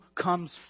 comes